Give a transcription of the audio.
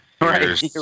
Right